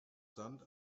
sand